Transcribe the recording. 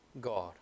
God